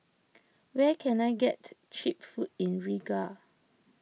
where can I get Cheap Food in Riga